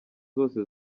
zose